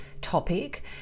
topic